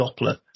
Doppler